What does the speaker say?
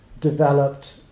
developed